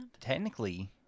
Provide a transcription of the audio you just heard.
Technically